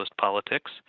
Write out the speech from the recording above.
politics